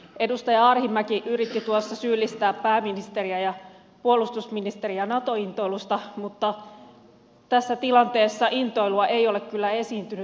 edustaja arhinmäki yritti tuossa syyllistää pääministeriä ja puolustusministeriä nato intoilusta mutta tässä tilanteessa intoilua ei ole kyllä esiintynyt